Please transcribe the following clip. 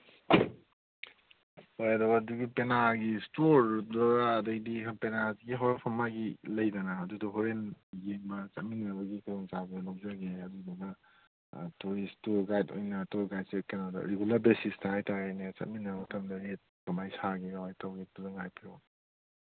ꯍꯣꯏ ꯑꯗꯨꯒꯤ ꯄꯦꯅꯥꯒꯤ ꯏꯁꯇꯣꯔꯗꯨꯔꯥ ꯑꯗꯩꯗꯤ ꯄꯦꯅꯥꯁꯤꯒꯤ ꯍꯧꯔꯛꯐꯝ ꯃꯥꯒꯤ ꯂꯩꯗꯅ ꯑꯗꯨꯗꯣ ꯍꯣꯔꯦꯟ ꯌꯦꯡꯕ ꯆꯠꯃꯤꯟꯅꯅꯕꯒꯤ ꯈꯨꯗꯣꯡꯆꯥꯕꯗꯨ ꯂꯧꯖꯒꯦ ꯑꯗꯨꯗꯨꯒ ꯇꯨꯔꯤꯁ ꯇꯨꯔ ꯒꯥꯏꯠ ꯑꯣꯏꯅ ꯇꯨꯔ ꯒꯥꯏꯠꯁꯦ ꯀꯩꯅꯣꯗ ꯔꯤꯒꯨꯂꯔ ꯕꯦꯁꯤꯁꯇ ꯍꯥꯏꯇꯥꯔꯦꯅꯦ ꯆꯠꯃꯤꯟꯅꯕ ꯃꯇꯝꯗ ꯔꯦꯠ ꯀꯃꯥꯏꯅ ꯁꯥꯒꯦ ꯀꯃꯥꯏꯅ ꯇꯧꯒꯦ